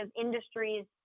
industries